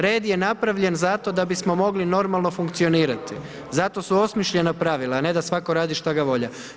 Red je napravljen zato da bismo mogli normalno funkcionirati, zato su osmišljena pravila, a ne da radi svako šta ga volja.